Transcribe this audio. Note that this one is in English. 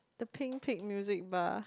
the Pink Pig music bar